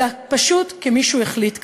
אלא פשוט כי מישהו החליט ככה.